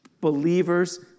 believer's